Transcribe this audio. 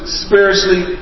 spiritually